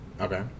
okay